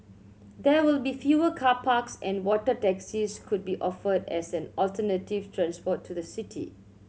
there will be fewer car parks and water taxis could be offered as an alternative transport to the city